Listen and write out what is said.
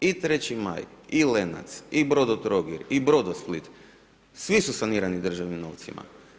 I treći maj i Lenac i Brodotrogir i Brodosplit, svi su sanirani državnim novcima.